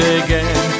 again